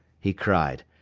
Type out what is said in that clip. he cried.